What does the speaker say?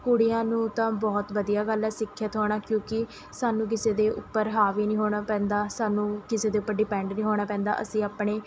ਕੁੜੀਆਂ ਨੂੰ ਤਾਂ ਬਹੁਤ ਵਧੀਆ ਗੱਲ ਹੈ ਸਿੱਖਿਅਤ ਹੋਣਾ ਕਿਉਂਕਿ ਸਾਨੂੰ ਕਿਸੇ ਦੇ ਉੱਪਰ ਹਾਵੀ ਨਹੀਂ ਹੋਣਾ ਪੈਂਦਾ ਸਾਨੂੰ ਕਿਸੇ ਦੇ ਉੱਪਰ ਡਿਪੈਂਡ ਨਹੀਂ ਹੋਣਾ ਪੈਂਦਾ ਅਸੀਂ ਆਪਣੇ